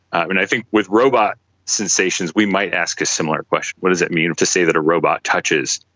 and i think with robot sensations we might ask a similar question what does it mean to say that a robot touches?